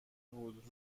بود